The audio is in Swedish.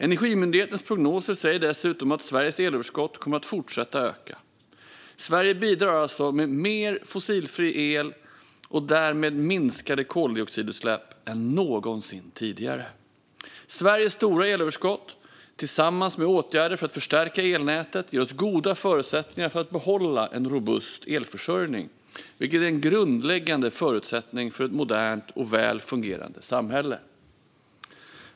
Energimyndighetens prognoser säger dessutom att Sveriges elöverskott kommer att fortsätta öka. Sverige bidrar alltså med mer fossilfri el, och därmed minskade koldioxidutsläpp, än någonsin tidigare. Sveriges stora elöverskott tillsammans med åtgärder för att förstärka elnätet ger oss goda förutsättningar att behålla en robust elförsörjning, vilket är en grundläggande förutsättning för ett modernt och väl fungerande samhälle.